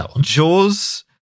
Jaws